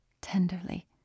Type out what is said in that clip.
tenderly